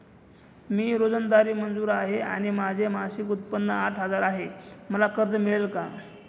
मी रोजंदारी मजूर आहे आणि माझे मासिक उत्त्पन्न आठ हजार आहे, मला कर्ज मिळेल का?